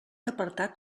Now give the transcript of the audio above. apartat